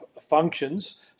functions